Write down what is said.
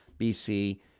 BC